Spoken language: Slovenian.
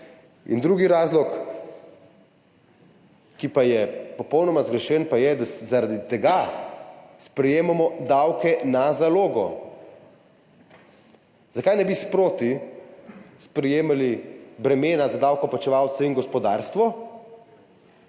drugi razlog, ki pa je popolnoma zgrešen, je, da zaradi tega sprejemamo davke na zalogo. Zakaj ne bi sproti sprejemali bremen za davkoplačevalce in gospodarstvo,